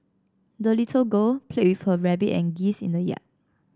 the little girl played with her rabbit and geese in the yard